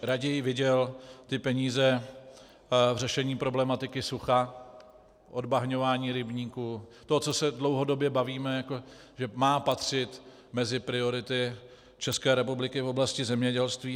Raději bych viděl ty peníze v řešení problematiky sucha, odbahňování rybníků, to, o čem se dlouhodobě bavíme, že má patřit mezi priority České republiky v oblasti zemědělství.